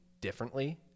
differently